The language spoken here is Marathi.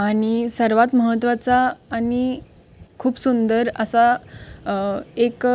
आणि सर्वात महत्त्वाचा आणि खूप सुंदर असा एक